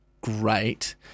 great